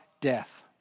death